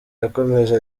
yakomeje